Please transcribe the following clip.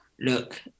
look